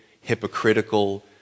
hypocritical